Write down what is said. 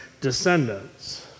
descendants